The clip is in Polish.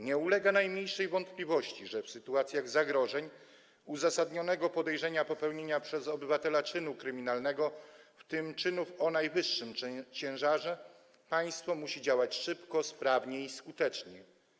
Nie ulega najmniejszej wątpliwości, że w sytuacjach zagrożenia, uzasadnionego podejrzenia popełnienia przez obywatela czynu kryminalnego, w tym czynów o najwyższym ciężarze, państwo musi działać szybko, sprawnie i skutecznie.